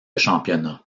championnat